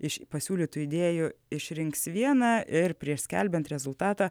iš pasiūlytų idėjų išrinks vieną ir prieš skelbiant rezultatą